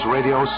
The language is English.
Radio